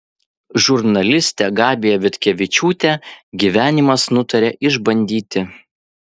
žurnalistę gabiją vitkevičiūtę gyvenimas nutarė išbandyti